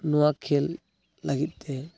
ᱱᱚᱣᱟ ᱠᱷᱮᱞ ᱞᱟᱹᱜᱤᱫᱛᱮ